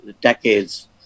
decades